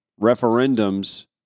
referendums